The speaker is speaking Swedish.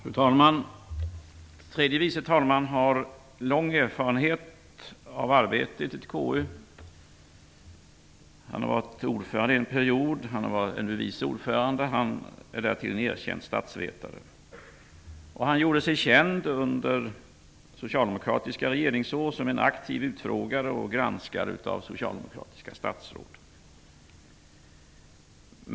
Fru talman! Tredje vice talmannen har lång erfarenhet av arbetet i KU. Han har varit ordförande, vice ordförande och han är därtill en erkänd statsvetare. Han gjorde sig känd under socialdemokratiska regeringsår som en aktiv utfrågare och granskare av socialdemokratiska statsråd.